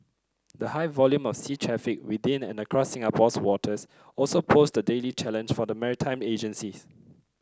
the high volume of sea traffic within and across Singapore's waters also poses a daily challenge for the maritime agencies